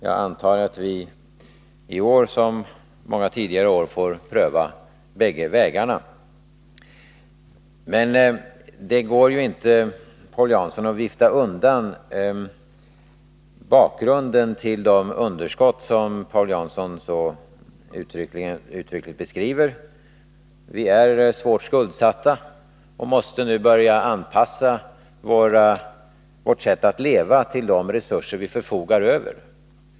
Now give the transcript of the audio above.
Jag antar att vi i år liksom många tidigare år får pröva bägge vägarna. Men, Paul Jansson, det går inte att vifta undan bakgrunden till de underskott som Paul Jansson så uttrycksfullt beskriver. Vi är svårt skuldsatta och måste nu börja anpassa vårt sätt att leva till de resurser vi förfogar över.